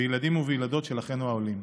בילדים ובילדות של אחינו העולים.